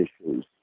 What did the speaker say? issues